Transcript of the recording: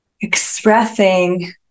expressing